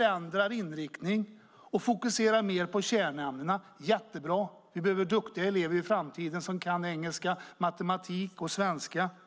ändrar inriktning och fokuserar mer på kärnämnena. Det är jättebra - vi behöver duktiga elever som kan engelska, matematik och svenska i framtiden.